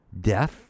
death